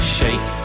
shake